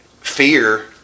fear